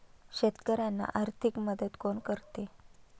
शेतकऱ्यांना आर्थिक मदत कोण करते?